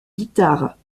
guitare